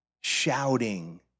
shouting